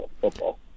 football